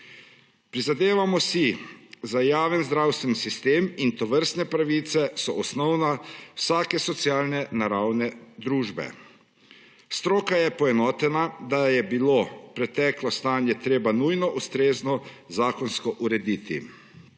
Prizadevamo si za javni zdravstveni sistem in tovrstne pravice so osnova vsake socialno naravnane družbe. Stroka je poenotena, da je bilo preteklo stanje treba nujno ustrezno zakonsko urediti.